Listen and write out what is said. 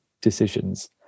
decisions